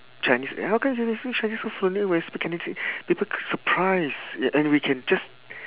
chinese eh how come you can speak chinese so fluently when you speak people surprised and we can just